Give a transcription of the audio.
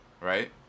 Right